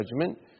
judgment